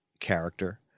character